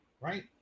right